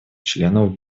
членов